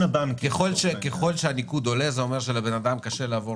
ככל שהניקוד עולה זה אומר שלבן אדם קשה לעבור